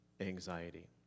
anxiety